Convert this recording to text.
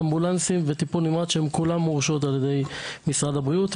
אמבולנסים וטיפול נמרץ שהם כולם מורשות על ידי משרד הבריאות,